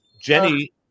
Jenny